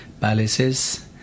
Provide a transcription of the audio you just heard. palaces